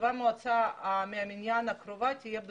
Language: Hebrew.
ישיבת המועצה מן המניין הקרובה תהיה בספטמבר.